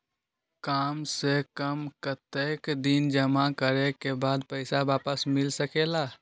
काम से कम कतेक दिन जमा करें के बाद पैसा वापस मिल सकेला?